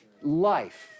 life